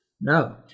No